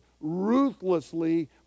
ruthlessly